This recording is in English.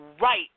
right